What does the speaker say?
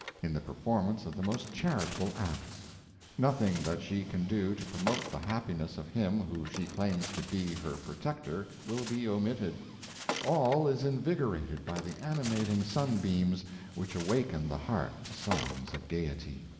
in the performance of the most charitable acts nothing that she can do to promote the happiness of him who she claims to be her protector will be omitted all is invigorated by the animating sunbeams which awaken the heart to songs of gaiety.